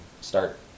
start